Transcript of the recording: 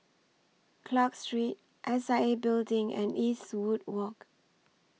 Clarke Street S I A Building and Eastwood Walk